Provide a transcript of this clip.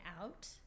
out